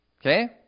Okay